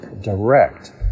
direct